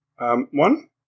one